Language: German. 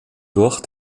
durch